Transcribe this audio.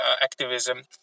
activism